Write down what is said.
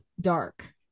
Dark